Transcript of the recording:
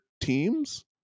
teams